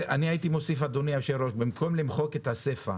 אדוני היושב-ראש, במקום למחוק את הסיפה